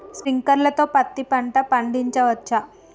Sprinkler తో పత్తి పంట పండించవచ్చా?